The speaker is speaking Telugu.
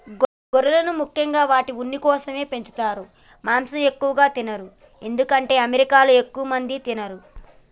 గొర్రెలను ముఖ్యంగా వాటి ఉన్ని కోసమే పెంచుతారు మాంసం ఎక్కువ తినరు ఎందుకంటే అమెరికాలో ఎక్కువ మంది తినరు